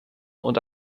und